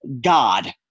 God